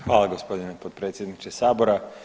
Hvala gospodine potpredsjedniče sabora.